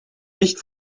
nicht